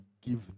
give